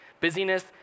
Busyness